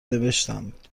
نوشتند